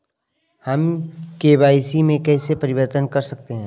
हम के.वाई.सी में कैसे परिवर्तन कर सकते हैं?